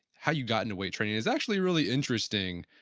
how you got into weight training. it's actually really interesting.